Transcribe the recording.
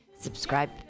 subscribe